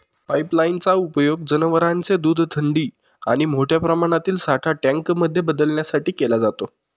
pipeline चा उपयोग जनवरांचे दूध थंडी आणि मोठ्या प्रमाणातील साठा टँक मध्ये बदलण्यासाठी केला जातो